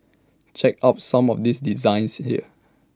check out some of these designs here